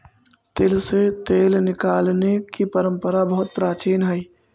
तिल से तेल निकालने की परंपरा बहुत प्राचीन हई